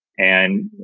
and